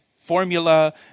formula